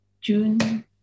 June